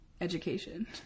education